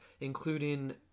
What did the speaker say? including